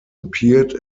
appeared